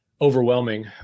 overwhelming